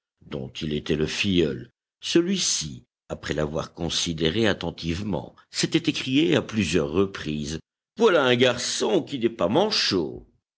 dont il était le filleul celui-ci après l'avoir considéré attentivement s'était écrié à plusieurs reprises voilà un garçon qui n'est pas manchot